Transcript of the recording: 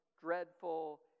dreadful